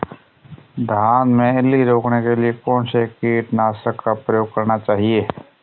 धान में इल्ली रोकने के लिए कौनसे कीटनाशक का प्रयोग करना चाहिए?